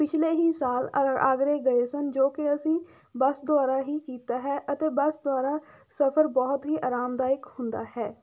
ਪਿਛਲੇ ਹੀ ਸਾਲ ਅ ਆਗਰੇ ਗਏ ਸਨ ਜੋ ਕਿ ਅਸੀਂ ਬੱਸ ਦੁਆਰਾ ਹੀ ਕੀਤਾ ਹੈ ਅਤੇ ਬੱਸ ਦੁਆਰਾ ਸਫ਼ਰ ਬਹੁਤ ਹੀ ਆਰਾਮਦਾਇਕ ਹੁੰਦਾ ਹੈ